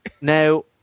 Now